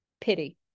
pity